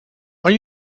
are